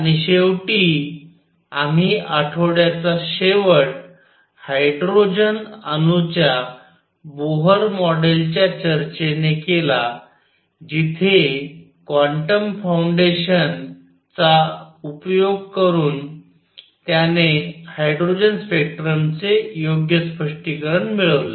आणि शेवटी आम्ही आठवड्याचा शेवट हायड्रोजन अणूच्या बोहर मॉडेलच्या चर्चेने केला जिथे क्वांटम फाउंडेशन चा उपयोग करून त्याने हायड्रोजन स्पेक्ट्रमचे योग्य स्पष्टीकरण मिळवले